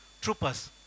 troopers